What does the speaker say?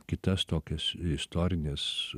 kitas tokias istorines